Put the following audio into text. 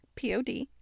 Pod